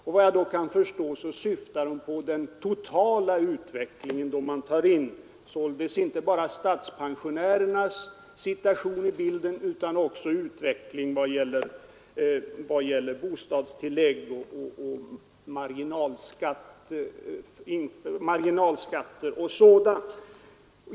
Såvitt jag kan förstå syftar hon på den totala utvecklingen, således inte bara på statspensionärernas situation utan också på utvecklingen vad gäller bostadstillägg, marginalskatter och sådant.